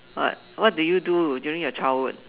what what did you do during your childhood